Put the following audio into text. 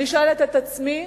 אני שואלת את עצמי